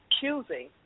choosing